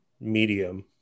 medium